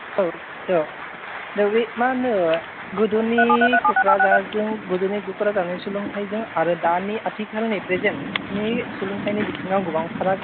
औ औ दा बे मा होनो गोदोनि क'क्राझारजों गोदोनि क'क्राझारनि सोलोंथाइजों आरो दानि आथिखालनि प्रेजेन्टनि सोलोंथाइनि बिथिङाव गोबां फाराग